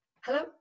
Hello